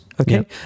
okay